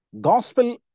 Gospel